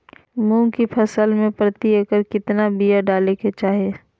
मूंग की फसल में प्रति एकड़ कितना बिया डाले के चाही?